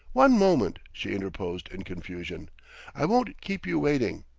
one moment, she interposed in confusion i won't keep you waiting.